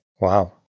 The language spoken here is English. Wow